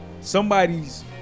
somebody's